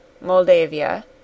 Moldavia